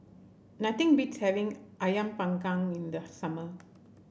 nothing beats having ayam panggang in the summer